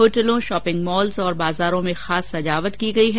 होटलों shopping malls और बाजारों में खास सजावट की गई है